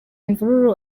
imvururu